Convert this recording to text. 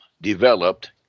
developed